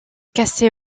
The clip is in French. cassée